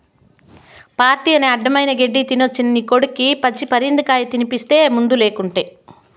party అని అడ్డమైన గెడ్డీ తినేసొచ్చిన నీ కొడుక్కి పచ్చి పరిందకాయ తినిపిస్తీ మందులేకుటే